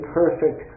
perfect